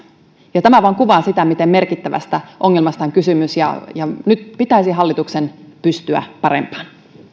ja tämä vain kuvaa sitä miten merkittävästä ongelmasta on kysymys nyt pitäisi hallituksen pystyä parempaan